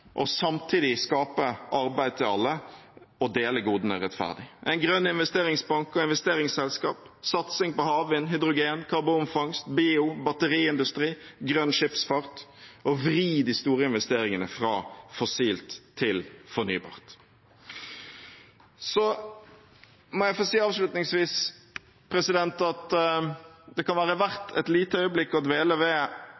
og samtidig skape arbeid til alle og dele godene rettferdig: en grønn investeringsbank og investeringsselskap, satsing på havvind, hydrogen, karbonfangst, bio, batteriindustri, grønn skipsfart og å vri de store investeringene fra fossilt til fornybart. Så må jeg få si, avslutningsvis, at det kan være